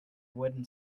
wooden